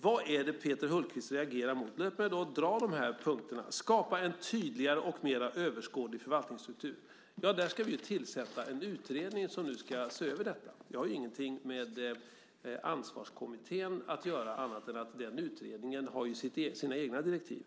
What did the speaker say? Vad är det Peter Hultqvist reagerar mot? Låt mig dra de här punkterna. Det står: skapa en tydligare och mer överskådlig förvaltningsstruktur. Ja, vi ska tillsätta en utredning som ska se över detta. Det har ingenting med Ansvarskommittén att göra. Den utredningen har ju sina egna direktiv.